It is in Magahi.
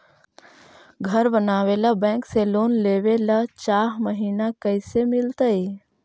घर बनावे ल बैंक से लोन लेवे ल चाह महिना कैसे मिलतई?